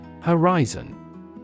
Horizon